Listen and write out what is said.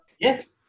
Yes